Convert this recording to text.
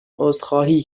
عذرخواهی